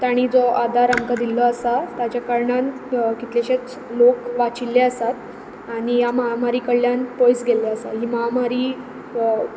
तांणी जो आदार आमकां दिल्लो आसा तांचे कडल्यान कितलेशेच लोक वाचिल्ले आसात आनी ह्या महामारी कडल्यान पयस गेल्ले आसात ही महामारी